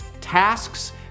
tasks